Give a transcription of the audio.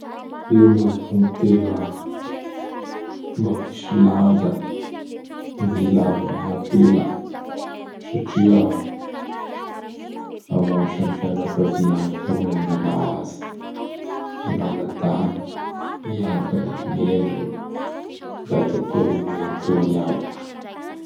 Io moa zao gny tena mampisy lanja gn' ila avy amign' apela satria amason' ny fianakavia aby eo gn' angala azy. Gn' anadahiny, i Abany amin' i Endriny, Dadatoany am Nenitoany aby.